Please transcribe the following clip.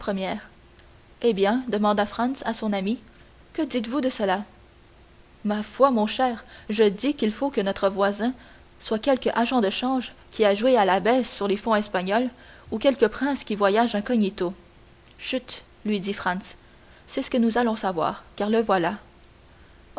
eh bien demanda franz à son ami que dites-vous de cela ma foi mon cher je dis qu'il faut que notre voisin soit quelque agent de change qui a joué à la baisse sur les fonds espagnols ou quelque prince qui voyage incognito chut lui dit franz c'est ce que nous allons savoir car le voilà